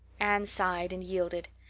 anne sighed and yielded.